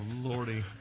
lordy